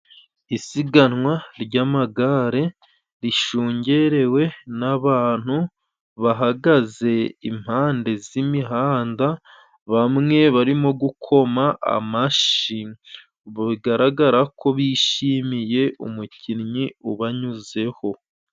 Isiganwa ryamagare rishungerewe nabantu, bahagaze impande z'imihanda bamwe barimo gukoma amashi bigaragara ko bishimiye umukinnyi ubanyuzeho.